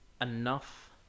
Enough